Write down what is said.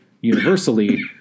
universally